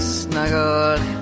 snuggled